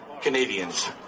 Canadians